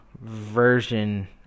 version